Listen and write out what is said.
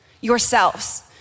yourselves